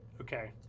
Okay